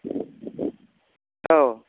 औ